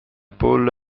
paul